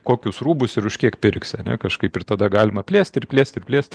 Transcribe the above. kokius rūbus ir už kiek pirksi ane kažkaip ir tada galima plėst ir plėst plėst